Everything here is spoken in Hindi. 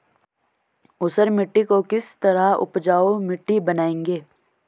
ऊसर मिट्टी को किस तरह उपजाऊ मिट्टी बनाएंगे?